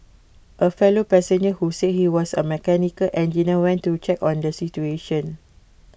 A fellow passenger who say he was A mechanical engineer went to check on the situation